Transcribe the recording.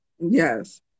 Yes